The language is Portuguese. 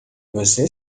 você